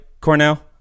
Cornell